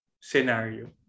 scenario